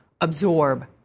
absorb